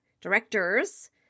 directors